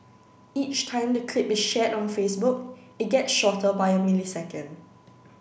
each time the clip is shared on Facebook it gets shorter by a millisecond